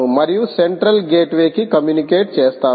మరియు central gateway కి communicate చేస్తాము